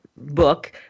book